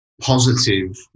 positive